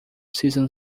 season